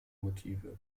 motive